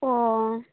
ᱚᱻ